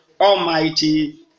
Almighty